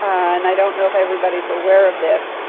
and i don't know if everybody's aware of this,